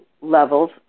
levels